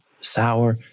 sour